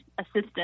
assistant